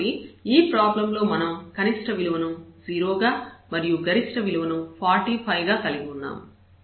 కాబట్టి ఈ ప్రాబ్లం లో మనం కనిష్ట విలువను 0 గా మరియు గరిష్ట విలువ ను 45 గా కలిగి ఉంటాము